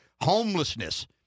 homelessness